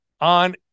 on